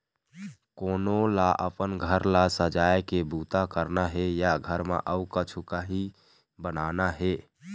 कोनो ल अपन घर ल सजाए के बूता करना हे या घर म अउ कछु काही बनाना हे